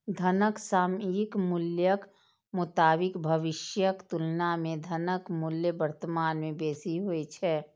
धनक सामयिक मूल्यक मोताबिक भविष्यक तुलना मे धनक मूल्य वर्तमान मे बेसी होइ छै